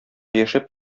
яшәп